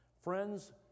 Friends